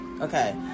Okay